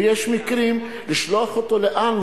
ויש מקרים לשלוח אותו לאן?